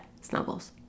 snuggles